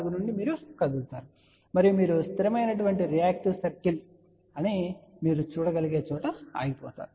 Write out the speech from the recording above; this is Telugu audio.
4 నుండి మీరు కదులుతారు మరియు మీరు స్థిరమైన రియాక్టివ్ సర్కిల్ అని మీరు చూడగలిగే చోట ఆగిపోతారు